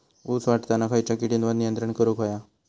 ऊस वाढताना खयच्या किडींवर नियंत्रण करुक व्हया?